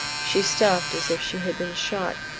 she stopped as if she had been shot,